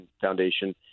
Foundation